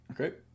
Okay